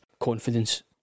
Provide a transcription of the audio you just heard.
confidence